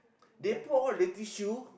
they put all the tissue